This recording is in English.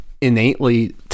innately